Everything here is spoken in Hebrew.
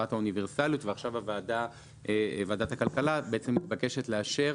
חובת האוניברסליות ועכשיו ועדת הכלכלה מתבקשת לאשר